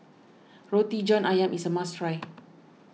Roti John Ayam is a must try